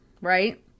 right